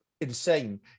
insane